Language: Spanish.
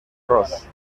ross